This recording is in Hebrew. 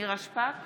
נירה שפק,